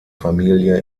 familie